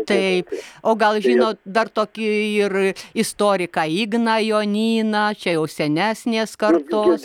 taip o gal žinot dar tokį ir istoriką igną jonyną čia jau senesnės kartos